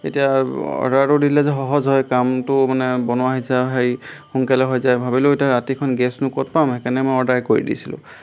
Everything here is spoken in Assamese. এতিয়া অৰ্ডাৰটো দি দিলে যে সহজ হয় কামটো মানে বনোৱা হৈ যায় হেৰি সোনকালে হৈ যায় ভাবিলোঁ এতিয়া ৰাতিখন গেছনো ক'ত পাম সেইকাৰণে মই অৰ্ডাৰ কৰি দিছিলোঁ